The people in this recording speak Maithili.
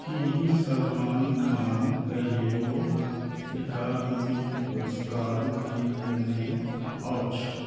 कि सलमान खान कहिओ अकादमी पुरस्कार जितने अछि